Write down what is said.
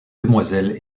demoiselles